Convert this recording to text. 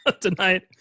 tonight